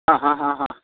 ಹಾಂ ಹಾಂ ಹಾಂ ಹಾಂ